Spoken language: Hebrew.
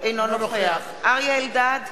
אינו נוכח אריה אלדד,